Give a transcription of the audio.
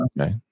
Okay